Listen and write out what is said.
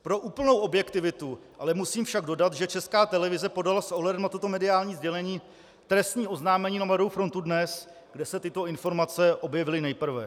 Pro úplnou objektivitu ale musím však dodat, že ČT podala s ohledem na toto mediální sdělení trestní oznámení na Mladou frontu DNES, kde se tyto informace objevily nejprve.